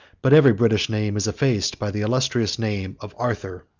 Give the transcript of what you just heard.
but every british name is effaced by the illustrious name of arthur,